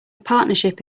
partnership